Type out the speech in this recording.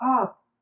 up